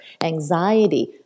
anxiety